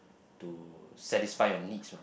to satisfy your needs one